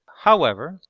however,